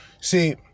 See